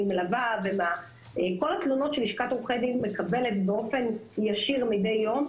מלווה ומכל התלונות שלשכת עורכי הדין מקבלת באופן ישיר מדי יום,